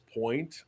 point